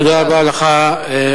תודה רבה, אדוני.